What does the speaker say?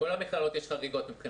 בכל המכללות יש חריגות.